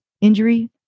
injury